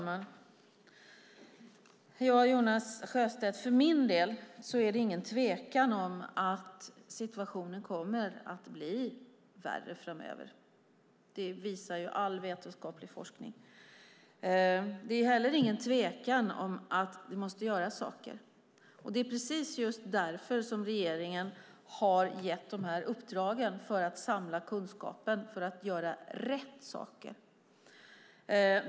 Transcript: Fru talman! För min del, Jonas Sjöstedt, är det ingen tvekan om att situationen kommer att bli värre framöver. Det visar all vetenskaplig forskning. Det är inte heller någon tvekan om att det måste göras saker. Det är precis därför som regeringen har gett dessa uppdrag för att samla kunskapen och för att göra rätt saker.